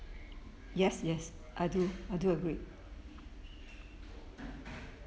yes yes I do I do agree